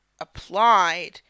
applied